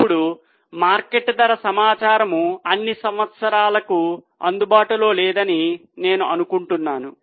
ఇప్పుడు మార్కెట్ ధర సమాచారం అన్ని సంవత్సరాలకు అందుబాటులో లేదని నేను అనుకుంటున్నాను